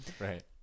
Right